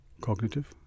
cognitive